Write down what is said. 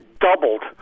doubled